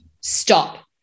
stop